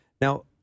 Now